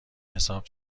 حساب